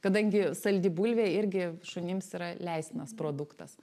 kadangi saldi bulvė irgi šunims yra leistinas produktas